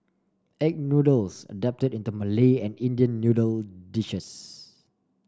egg noodles adapted into Malay and Indian noodle dishes